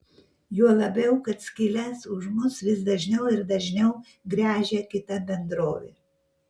juo labiau kad skyles už mus vis dažniau ir dažniau gręžia kita bendrovė